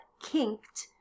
kinked